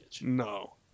No